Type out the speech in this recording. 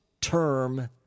term